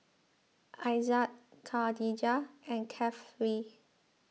Aizat Khadija and Kefli